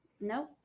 no